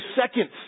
seconds